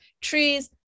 trees